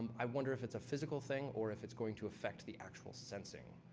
i wonder if it's a physical thing or if it's going to affect the actual sensing.